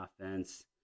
offense